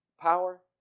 Power